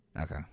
Okay